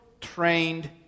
trained